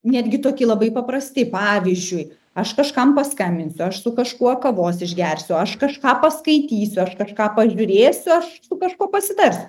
netgi tokie labai paprasti pavyzdžiui aš kažkam paskambinsiu aš su kažkuo kavos išgersiu aš kažką paskaitysiu aš kažką pažiūrėsiu aš su kažkuo pasitarsiu